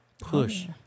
push